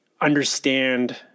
understand